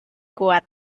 kuat